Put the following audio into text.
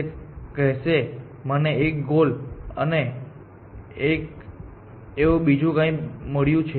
તે કહેશે મને એક ગોલ અને એવું કંઈક બીજું મળ્યું છે